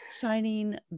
shining